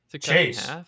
Chase